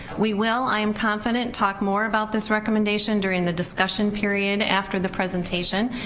we will, i am confident, talk more about this recommendation during the discussion period after the presentation.